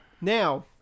Now